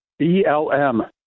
BLM